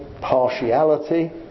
partiality